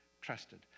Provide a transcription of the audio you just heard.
trusted